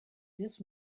this